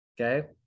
okay